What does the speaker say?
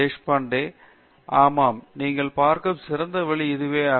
தேஷ்பாண்டே நல்லது ஆமாம் நீங்கள் பார்க்கும் சிறந்த வழி இதுவேயாகும்